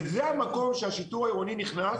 וזה המקום שהשיטור העירוני נכנס,